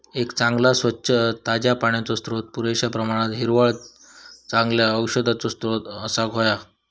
एक चांगला, स्वच्छ, ताज्या पाण्याचो स्त्रोत, पुरेश्या प्रमाणात हिरवळ, चांगल्या औषधांचो स्त्रोत असाक व्हया